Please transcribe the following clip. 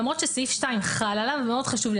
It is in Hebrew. למרות שסעיף 2 חל עליו - מאוד חשוב לי